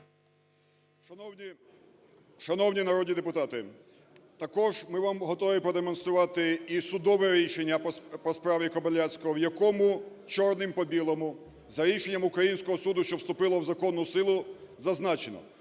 Шановні народні депутати! Також ми вам готові продемонструвати і судове рішення по справі Кобиляцького, в якому чорним по білому за рішенням українського суду, що вступило в законну силу, зазначено: